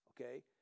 okay